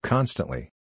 Constantly